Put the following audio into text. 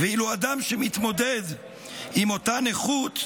ואילו אדם שמתמודד עם אותה נכות,